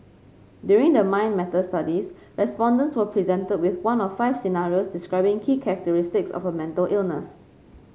during the Mind Matters studies respondents were presented with one of five scenarios describing key characteristics of a mental illness